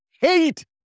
hate